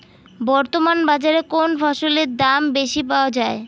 বর্তমান বাজারে কোন ফসলের দাম বেশি পাওয়া য়ায়?